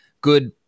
good